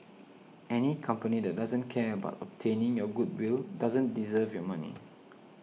any company that doesn't care about obtaining your goodwill doesn't deserve your money